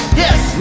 yes